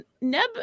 Neb